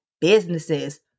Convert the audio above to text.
businesses